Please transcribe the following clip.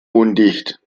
undicht